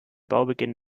baubeginn